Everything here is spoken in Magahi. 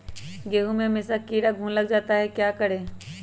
गेंहू में हमेसा कीड़ा या घुन लग जाता है क्या करें?